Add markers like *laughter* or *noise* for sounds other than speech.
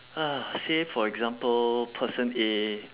*noise* say for example person A